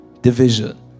division